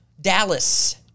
dallas